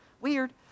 weird